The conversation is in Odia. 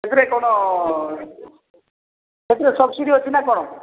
ସେଥିରେ କଣ ସେଥିରେ ସବସିଡି ଅଛି ନା କଣ